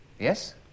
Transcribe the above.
Yes